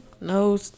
no